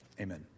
Amen